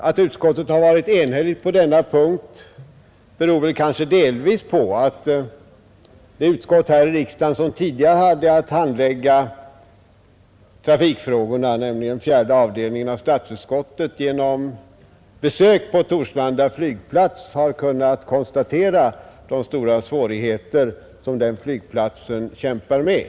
Att utskottet har varit enigt på denna punkt beror kanske delvis på att fjärde avdelningen i statsutskottet, som tidigare hade att handlägga trafikfrågorna, genom besök på Torslanda flygplats kunde konstatera de stora svårigheter som den flygplatsen kämpar med.